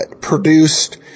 produced